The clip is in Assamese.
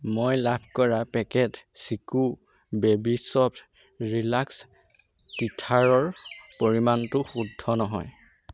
মই লাভ কৰা packet Chicco baby soft relax টিথাৰৰ পৰিমাণটো শুদ্ধ নহয়